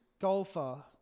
golfer